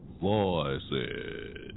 Voices